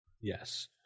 Yes